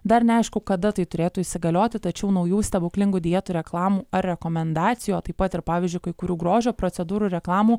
dar neaišku kada tai turėtų įsigalioti tačiau naujų stebuklingų dietų reklamų ar rekomendacijųo taip pat ir pavyzdžiui kai kurių grožio procedūrų reklamų